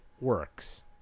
works